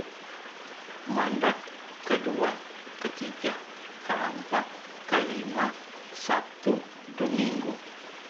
Mandak kedua ka tiga ka ampa kalima sabtu dominggu